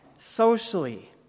socially